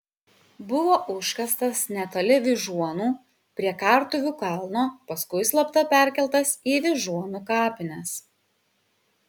buvo užkastas netoli vyžuonų prie kartuvių kalno paskui slapta perkeltas į vyžuonų kapines